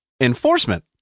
enforcement